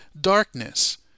darkness